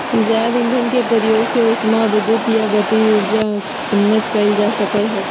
जैव ईंधन के प्रयोग से उष्मा विद्युत या गतिज ऊर्जा उत्पन्न कइल जा सकय हइ